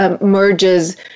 merges